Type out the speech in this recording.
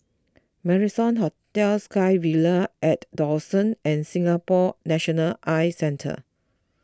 Marrison Hotel SkyVille at Dawson and Singapore National Eye Centre